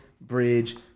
bridge